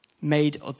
made